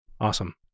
awesome